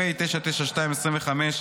פ/992/25,